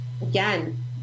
again